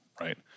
right